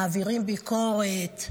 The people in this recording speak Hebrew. מעבירים ביקורת.